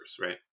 right